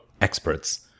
experts